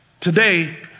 Today